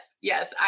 yes